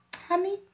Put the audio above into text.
honey